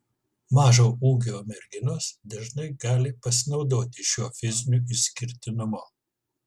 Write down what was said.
mažo ūgio merginos dažnai gali pasinaudoti šiuo fiziniu išskirtinumu